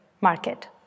market